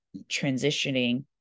transitioning